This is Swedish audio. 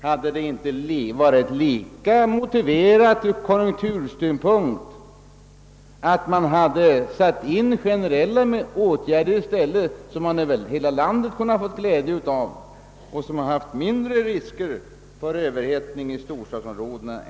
Hade det inte varit lika motiverat ur konjunktursynpunkt att i stället sätta in generella åtgärder, som hela landet kunde ha fått glädje av och som hade medfört mindre risker för överhettning i storstadsområdena?